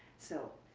so,